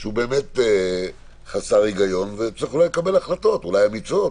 שהוא באמת חסר היגיון וצריך לקבל החלטות אולי אמיצות,